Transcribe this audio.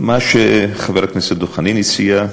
מה שחבר הכנסת דב חנין הציע,